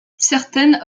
certaines